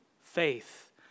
faith